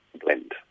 blend